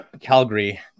Calgary